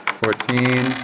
fourteen